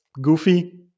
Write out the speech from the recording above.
goofy